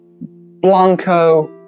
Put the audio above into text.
Blanco